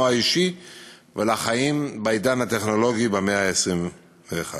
האישי ולחיים בעידן הטכנולוגי במאה ה-21.